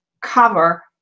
cover